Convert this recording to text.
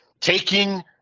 taking